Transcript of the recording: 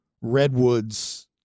Redwoods